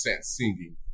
singing